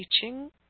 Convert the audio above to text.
teaching